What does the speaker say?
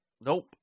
nope